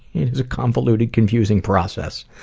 a convoluting, confusing process.